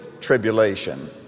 tribulation